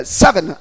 seven